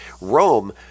Rome